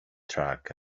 truck